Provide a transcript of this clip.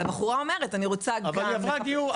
אבל הבחורה אומרת אני רוצה גם --- אבל היא עברה גיור.